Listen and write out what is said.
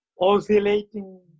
oscillating